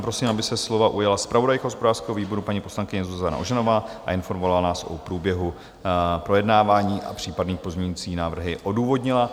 Prosím, aby se slova ujala zpravodajka hospodářského výboru paní poslankyně Zuzana Ožanová a informovala nás o průběhu projednávání a případné pozměňující návrhy odůvodnila.